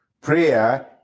Prayer